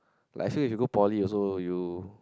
like I feel if you go Poly also you